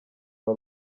aba